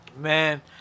Man